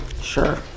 sure